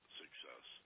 success